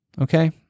Okay